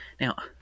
Now